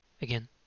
Again